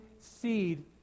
seed